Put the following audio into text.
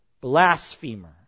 blasphemer